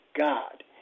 God